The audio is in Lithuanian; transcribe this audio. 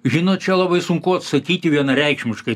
žinot čia labai sunku atsakyti vienareikšmiškai